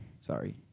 Sorry